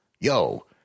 Yo